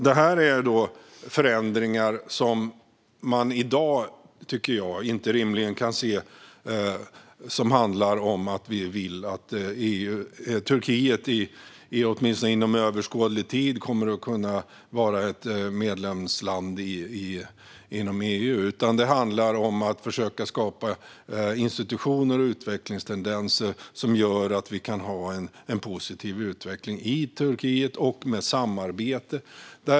Detta är förändringar som inte i dag, såvitt vi kan se, handlar om att Turkiet ska bli medlem i EU, utan de handlar om att skapa institutioner och utvecklingstendenser för att det ska bli en positiv utveckling i Turkiet och ett samarbete.